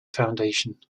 foundation